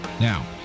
Now